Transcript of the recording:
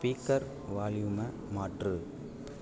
speaker வால்யூமை மாற்று